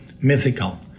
mythical